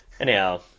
Anyhow